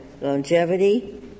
longevity